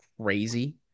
crazy